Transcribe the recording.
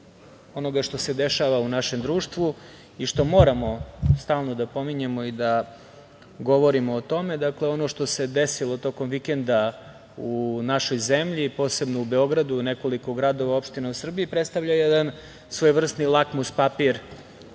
onoga što se dešava u našem društvu i što moramo stalno da pominjemo i da govorimo o tome. Dakle, ono što se desilo tokom vikenda u našoj zemlji, posebno u Beogradu i u nekoliko gradova i opština u Srbiji predstavlja jedan svojevrsni lakmus papir,